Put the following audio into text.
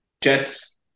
Jets